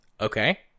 Okay